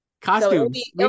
costumes